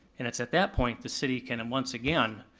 and it's at that point the city can and once again,